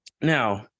Now